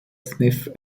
smith